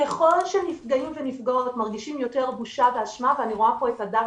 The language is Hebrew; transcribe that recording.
ככל שנפגעים ונפגעות מרגישים יותר בושה ואשמה ואני רואה פה את הדר